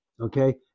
okay